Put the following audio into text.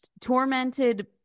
Tormented